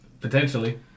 potentially